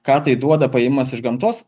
ką tai duoda paėmimas iš gamtos